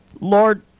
Lord